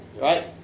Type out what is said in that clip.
right